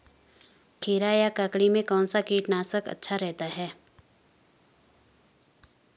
खीरा या ककड़ी में कौन सा कीटनाशक अच्छा रहता है?